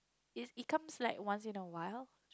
it it comes like once in awhile